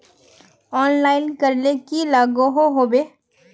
Online करले की लागोहो होबे?